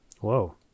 Whoa